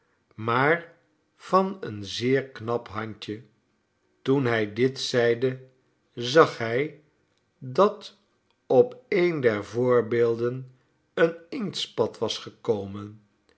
maar van een zeer knap handje toen hij dit zeide zag hij dat op een der voorbeelden eene inktspat was gekomen